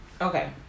Okay